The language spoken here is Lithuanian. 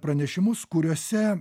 pranešimus kuriuose